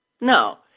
No